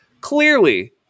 clearly